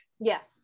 yes